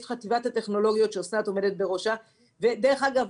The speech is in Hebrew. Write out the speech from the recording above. יש את חטיבת הטכנולוגיות שאסנת עומדת בראשה ודרך אגב,